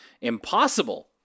impossible